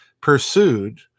pursued